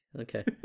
Okay